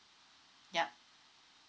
yup